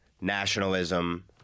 nationalism